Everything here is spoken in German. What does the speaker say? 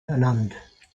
ernannt